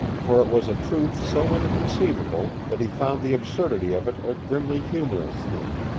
for it was a truth so inconceivable that he found the absurdity of it a grimly humorous thing.